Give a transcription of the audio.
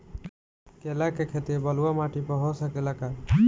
केला के खेती बलुआ माटी पर हो सकेला का?